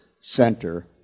Center